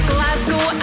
Glasgow